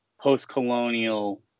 post-colonial